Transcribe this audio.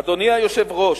אדוני היושב-ראש,